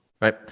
Right